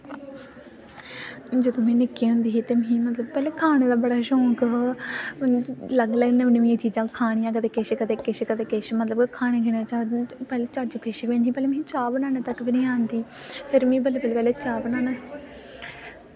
मिगी खाने आह्लियां डिशां सारियां पसंद न जादै जेह्ड़ियां खट्टियां मिट्ठियां होन लेकिन मिगी बनाने गी बड़ी घट्ट गै औंदियां लेकिन कदें ट्राई निं कीती मतलब की इन्ना टाईम लगदा निं ऐ स्कूल दा ते घर जाइयै थोह्ड़ी थोह्ड़ी मम्मी कन्नै करानी पौंदी मदद